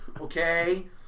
okay